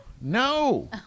no